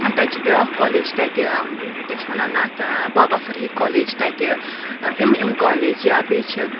تَتہِ چھ بیاکھ کالج چھ تَتہِ کیاہ چھِ وَنان اتھ بابا فریٖد کالج چھ تَتہِ یِم یِم کالج یا بیٚیہ چھ